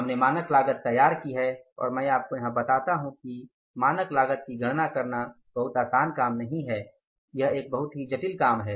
हमने मानक लागत तैयार की है और मैं आपको यहां बताता हूं कि मानक लागत की गणना करना बहुत आसान काम नहीं है यह एक बहुत ही जटिल काम है